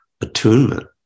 attunement